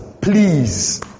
please